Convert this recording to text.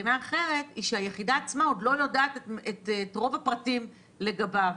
הבחינה האחרת היא שהיחידה עצמה עוד לא יודעת את רוב הפרטים לגביו,